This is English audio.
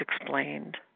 explained